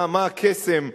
מה הקסם,